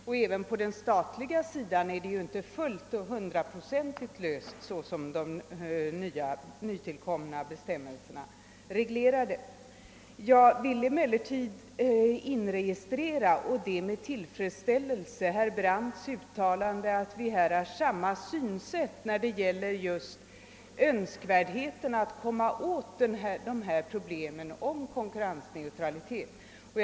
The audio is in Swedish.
Och inte ens på den statliga sidan är ju problemen hundraprocentigt lösta genom de nya bestämmelserna. Jag vill emellertid — och det med tillfredsställelse — inregistrera herr Brandts uttalande att vi har samma synsätt när det gäller önskvärdheten av att nå en lösning av problemen beträffande konkurrensneutraliteten.